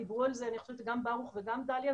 דיברו על זה גם ברוך וגם דליה,